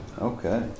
Okay